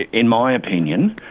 in my opinion,